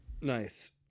Nice